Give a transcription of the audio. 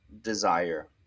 desire